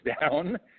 down